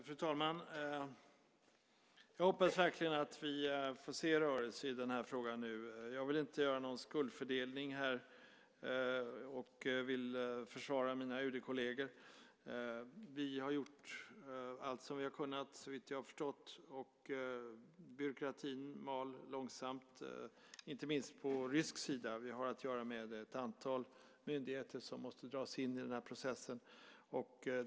Fru talman! Jag hoppas verkligen att vi får se rörelse i den här frågan nu. Jag vill inte göra någon skuldfördelning här, och jag vill försvara mina UD-kolleger. Vi har gjort allt som vi har kunnat, såvitt jag har förstått. Byråkratin mal långsamt, inte minst på rysk sida. Vi har att göra med ett antal myndigheter som måste dras in i den här processen.